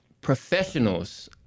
professionals